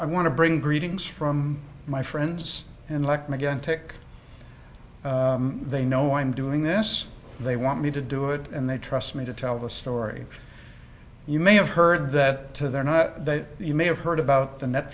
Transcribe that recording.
i want to bring greetings from my friends and like me again tech they know i'm doing this they want me to do it and they trust me to tell the story you may have heard that to there not that you may have heard about the net